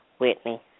Whitney